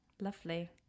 Lovely